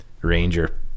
ranger